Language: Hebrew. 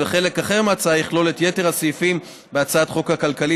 וחלק אחר מההצעה יכלול את יתר הסעיפים בהצעת חוק התוכנית הכלכלית